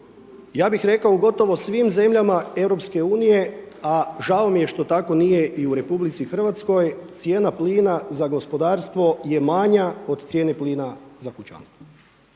ja bih rekao gotovo u svim zemljama EU, a žao mi je što nije tako i u RH, cijena plina za gospodarstvo je manja od cijene plina za kućanstva.